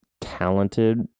talented